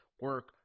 Work